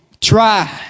try